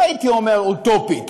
לא הייתי אומר "אוטופית";